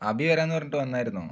അബി വരാമെന്ന് പറഞ്ഞിട്ട് വന്നായിരുന്നോ